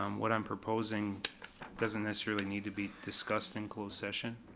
um what i'm proposing doesn't necessarily need to be discussed in closed session.